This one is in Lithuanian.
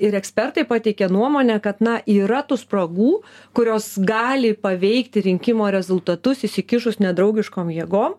ir ekspertai pateikė nuomonę kad na yra tų spragų kurios gali paveikti rinkimo rezultatus įsikišus nedraugiškom jėgom